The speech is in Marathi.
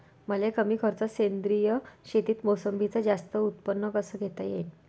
मले कमी खर्चात सेंद्रीय शेतीत मोसंबीचं जास्त उत्पन्न कस घेता येईन?